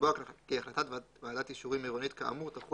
לקבוע כי החלטת ועדת אישורים עירונית כאמור תחול